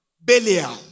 Belial